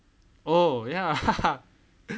oh ya